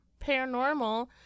paranormal